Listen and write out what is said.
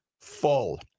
full